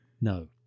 No